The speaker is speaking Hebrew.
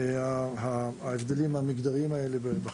ההבדלים המגדריים בחינוך,